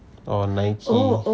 or nike